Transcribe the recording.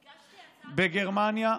הגשתי הצעת חוק, בגרמניה,